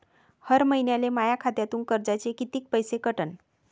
हर महिन्याले माह्या खात्यातून कर्जाचे कितीक पैसे कटन?